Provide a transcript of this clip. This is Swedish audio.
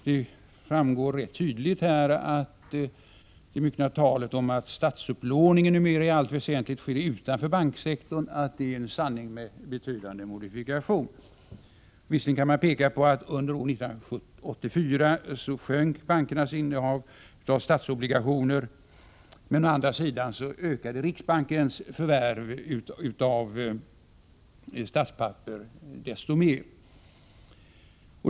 Det framgår där tydligt att det myckna talet om att statsupplåningen numera i allt väsentligt sker utanför banksektorn är en sanning med betydande modifikation. Visserligen kan man peka på att bankernas innehav av statsobligationer under 1984 sjönk. Å andra sidan ökade riksbankens förvärv av statspapper desto mera.